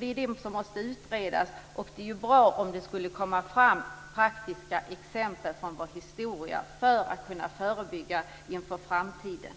Det är detta som måste utredas, och det vore bra om det togs fram konkreta exempel från historien. På det viset kan man förebygga inför framtiden.